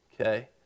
Okay